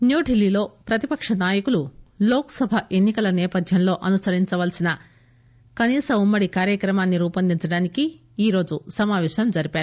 న్యూఢిల్లీలో ప్రతిపక్ష నాయకులు లోక్ సభ ఎన్సి కల సేపథ్యంలో అనుసరించాల్పిన కనీస ఉమ్మడి కార్యక్రమాన్ని రూవొందించడానికి ఈరోజు సమాపేశం జరిపారు